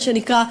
מה שנקרא,